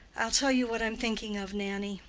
i'll tell you what i'm thinking of, nannie.